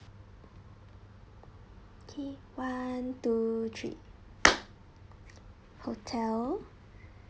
okay one two three hotel